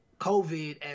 COVID